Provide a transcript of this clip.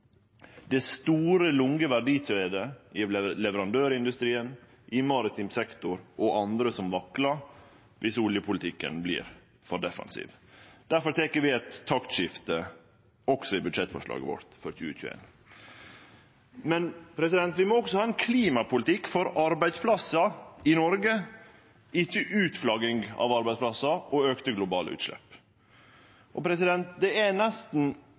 Det er store, lange verdikjeder i leverandørindustrien, i maritim sektor og andre stader som vaklar viss oljepolitikken vert for defensiv. Difor gjer vi eit taktskifte, også i budsjettforslaget vårt for 2021. Men vi må også ha ein klimapolitikk for arbeidsplassar i Noreg, ikkje for utflagging av arbeidsplassar og auka globale utslepp. Det var nesten